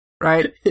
right